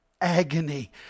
agony